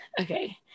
okay